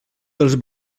dels